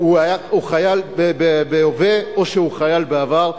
שהוא חייל בהווה או שהוא חייל בעבר,